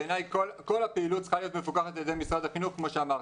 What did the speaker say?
בעיניי כל הפעילות צריכה להיות מפוקחת על ידי משרד החינוך כמו שאמרת.